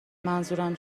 منظورم